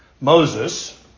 Moses